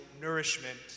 nourishment